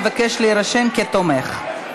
מבקש להירשם כתומך.